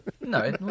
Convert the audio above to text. No